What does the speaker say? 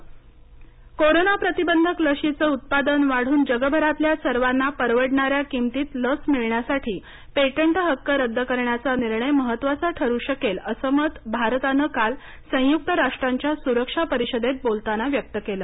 Bharat TRIPS corona प्रतिबंधक लशीचं उत्पादन वाढून जगभरातल्या सर्वांना परवडणाऱ्या किमतीत लस मिळण्यासाठी पेटंट हक्क रद्द करण्याचा निर्णय महत्वाचा ठरू शकेलअसं मत भारतानं काल संयुक्त राष्ट्रांच्या सुरक्षा परिषदेत बोलताना व्यक्त केल